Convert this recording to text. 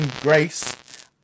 grace